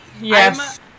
Yes